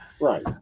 Right